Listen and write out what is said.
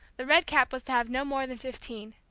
the red-cap was to have no more than fifteen.